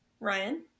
Ryan